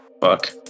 fuck